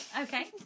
Okay